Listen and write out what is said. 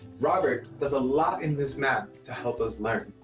robert does a lot in this map to help us learn.